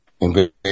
Invasion